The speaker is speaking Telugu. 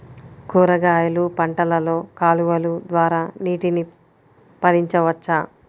కూరగాయలు పంటలలో కాలువలు ద్వారా నీటిని పరించవచ్చా?